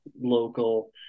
local